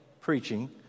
preaching